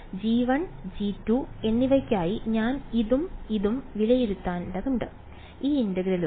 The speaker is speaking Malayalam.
g1 g2 എന്നിവയ്ക്കായി ഞാൻ ഇതും ഇതും വിലയിരുത്തേണ്ടവയാണ് ഈ ഇന്റഗ്രലുകൾ